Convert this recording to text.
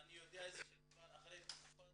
אני יודע שאחרי תקופה